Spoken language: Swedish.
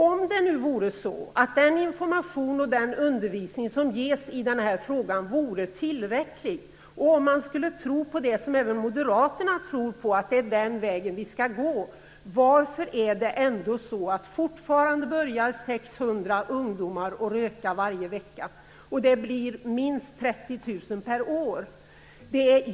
Om det nu vore så att den information och den undervisning som ges i den här frågan vore tillräcklig och om man skulle tro på det som även moderaterna tror på, att det är den vägen vi skall gå, varför är det då fortfarande 600 ungdomar som börjar röka varje vecka? Det blir minst 30 000 per år.